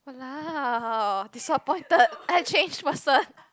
walao disappointed I change person